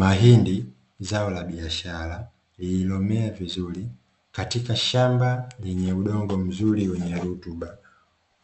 Mahindi zao la biashara, lililomea vizuri katika shamba lenye udongo mzuri wenye rutuba,